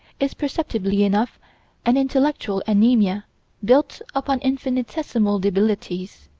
is perceptibly enough an intellectual anaemia built upon infinitesimal debilities.